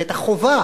את החובה